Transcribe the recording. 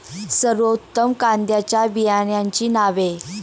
सर्वोत्तम कांद्यांच्या बियाण्यांची नावे?